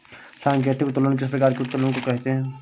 सांकेतिक उत्तोलन किस प्रकार के उत्तोलन को कहते हैं?